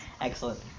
Excellent